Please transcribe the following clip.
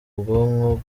bwonko